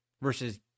versus